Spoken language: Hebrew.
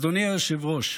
אדוני היושב-ראש,